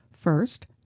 First